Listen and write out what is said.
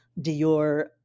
Dior